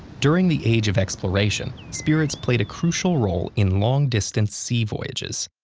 during the age of exploration, spirits played a crucial role in long distance sea voyages.